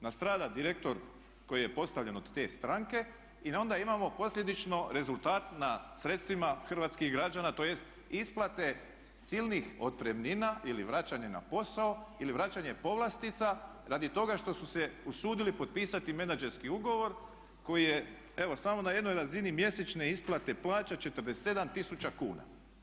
Nastrada direktor koji je postavljen od te stranke i onda imamo posljedično rezultat nad sredstvima hrvatskih građana tj. isplate silnih otpremnina ili vraćanje na posao ili vraćanje povlastica radi toga što su se usudili potpisati menadžerski ugovor koji je evo samo na jednoj razini mjesečne isplate plaća 47 tisuća kuna.